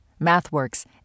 MathWorks